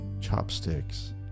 chopsticks